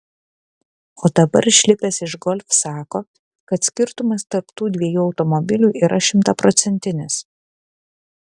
o dabar išlipęs iš golf sako kad skirtumas tarp tų dviejų automobilių yra šimtaprocentinis